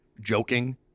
joking